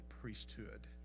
priesthood